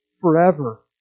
forever